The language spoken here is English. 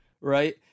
right